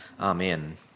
Amen